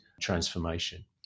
transformation